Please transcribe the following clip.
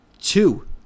two